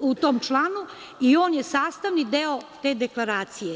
u tom članu i on je sastavni deo te deklaracije.